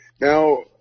Now